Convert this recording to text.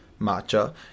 matcha